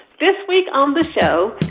this week on the show,